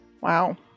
Wow